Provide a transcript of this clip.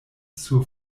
sur